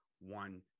One